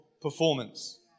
performance